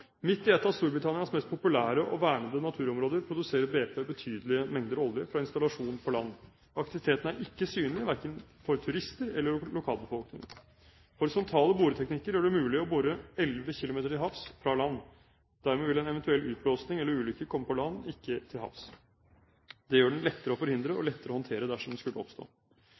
Midt i et av Storbritannias mest populære og vernede naturområder produserer BP betydelige mengder olje fra en installasjon på land. Aktiviteten er ikke synlig, verken for turister eller lokalbefolkning. Horisontale boreteknikker gjør det mulig å bore 11 km til havs fra land. Dermed vil en eventuell utblåsing eller ulykke komme på land og ikke til havs. Det gjør den lettere å forhindre og lettere å håndtere dersom den skulle oppstå.